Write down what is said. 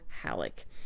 Halleck